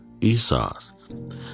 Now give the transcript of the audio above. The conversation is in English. Esau's